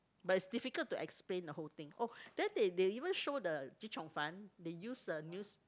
but it's difficult to explain the whole thing oh then they they even show the chee cheong fun they use the news~